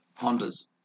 Hondas